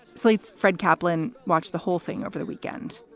slate's fred kaplan watched the whole thing over the weekend.